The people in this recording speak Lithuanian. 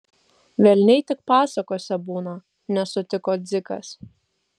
velniai tik pasakose būna nesutiko dzikas